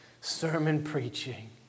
sermon-preaching